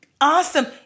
Awesome